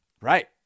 Right